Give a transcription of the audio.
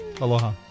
Aloha